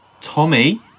Tommy